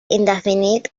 indefinit